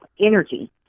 energy